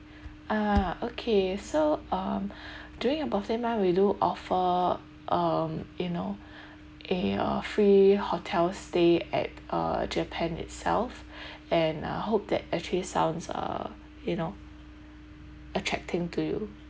ah okay so um during your birthday month we do offer um you know a uh free hotel stay at uh japan itself and I hope that actually sounds uh you know attracting to you